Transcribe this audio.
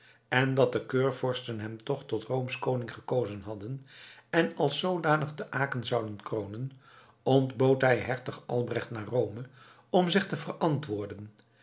en dat de keurvorsten hem toch tot roomsch koning gekozen hadden en als zoodanig te aken zouden kronen ontbood hij hertog albrecht naar rome om zich te verantwoorden